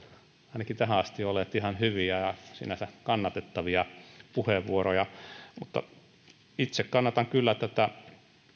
ainakin tähän asti olleet ihan hyviä ja sinänsä kannatettavia puheenvuoroja mutta itse kannatan kyllä tätä